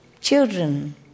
children